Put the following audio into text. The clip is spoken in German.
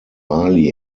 mali